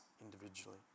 individually